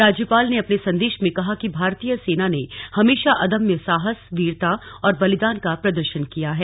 राज्यपाल ने अपने संदेश में कहा कि भारतीय सेना ने हमेशा अदम्य साहस वीरता और बलिदान का प्रदर्शन किया है